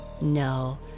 No